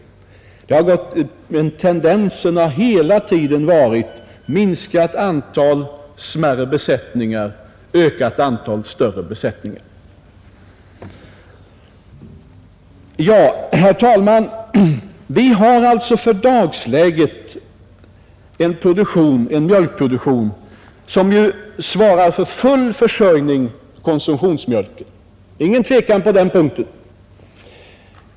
Tendensen har hela tiden varit minskat antal smärre besättningar, ökat antal större besättningar. Ja, herr talman, vi har alltså i dagsläget en mjölkproduktion som svarar för full försörjning med konsumtionsmjölk — det råder inget tvivel på den punkten.